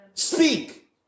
Speak